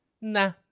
Nah